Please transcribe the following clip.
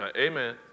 Amen